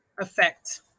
effect